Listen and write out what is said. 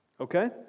Okay